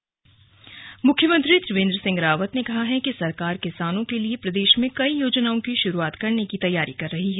slug बंड किसान मेला मुख्यमंत्री त्रिवेंद्र सिंह रावत ने कहा है कि सरकार किसानों के लिए प्रदेश में कई योजनाओं की शुरुआत करने की तैयारी कर रही है